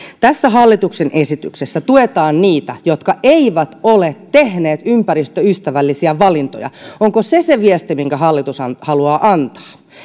tässä hallituksen esityksessä tuetaan niitä jotka eivät ole tehneet ympäristöystävällisiä valintoja onko se se viesti minkä hallitus haluaa antaa